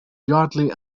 yardley